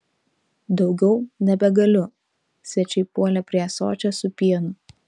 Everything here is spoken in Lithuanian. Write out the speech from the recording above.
daugiau nebegaliu svečiai puolė prie ąsočio su pienu